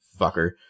fucker